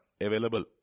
available